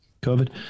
COVID